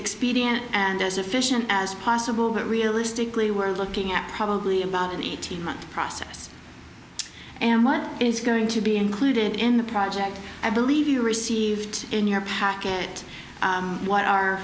expedient and as efficient as possible but realistically we're looking at probably about an eighteen month process and what is going to be included in the project i believe you received in your packet what our